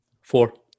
Four